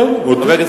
בסדר.